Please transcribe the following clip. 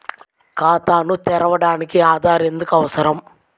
ఖాతాను తెరవడానికి ఆధార్ ఎందుకు అవసరం?